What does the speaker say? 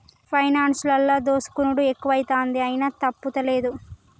పైనాన్సులల్ల దోసుకునుడు ఎక్కువైతంది, అయినా తప్పుతలేదు